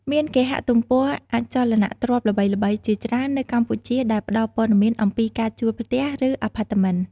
មានគេហទំព័រអចលនទ្រព្យល្បីៗជាច្រើននៅកម្ពុជាដែលផ្ដល់ព័ត៌មានអំពីការជួលផ្ទះ ឬអាផាតមិន។